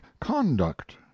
conduct